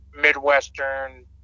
Midwestern